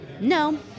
no